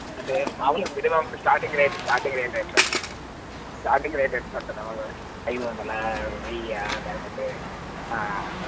అంటే మాములుగా middle of the starting rate starting rate ఎలా స్టార్టింగ్ రేట్ ఎలా ఉంటుంది మాములుగా ఐదు వందలా వెయ్యా లేకపోతే